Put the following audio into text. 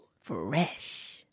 Fresh